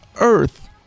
earth